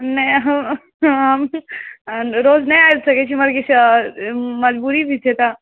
नहि हम हम रोज नहि आबि सकैत छी हमर किछु आओर मजबूरी भी छै तऽ